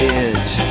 edge